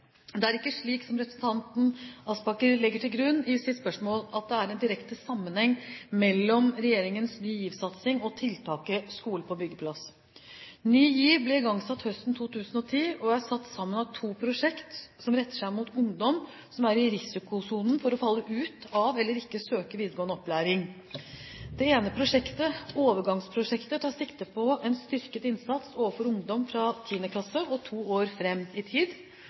Det er ikke slik, som representanten Aspaker legger til grunn i sitt spørsmål, at det er en direkte sammenheng mellom regjeringens Ny GIV-satsing og tiltaket Skole på byggeplass. Ny GIV ble igangsatt høsten 2010, og er satt sammen av to prosjekter som retter seg mot ungdom som er i risikosonen for å falle ut av – eller ikke å søke – videregående utdanning. Det ene prosjektet, «Overgangsprosjektet», tar sikte på en styrket innsats overfor ungdom fra 10. klasse og to år fram i tid.